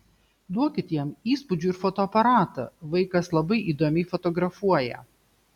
duokit jam įspūdžių ir fotoaparatą vaikas labai įdomiai fotografuoja